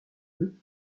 eux